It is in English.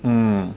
mm